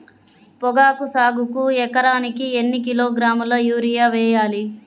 పొగాకు సాగుకు ఎకరానికి ఎన్ని కిలోగ్రాముల యూరియా వేయాలి?